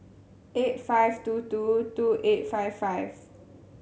eight five two two two eight five five